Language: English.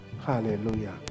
hallelujah